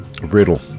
Riddle